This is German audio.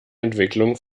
entwicklung